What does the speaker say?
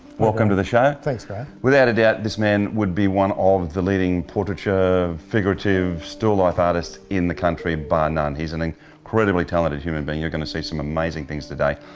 welcome to the show. thanks graeme. without a doubt this man would be one of the leading portraiture, figurative, still life artists in the country bar none. he's an an incredibly talented human being. you're going to see some amazing things today.